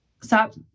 stop